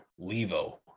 Levo